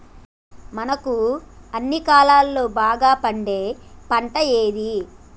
మనకు అన్ని కాలాల్లో బాగా పండే పంట ఏది?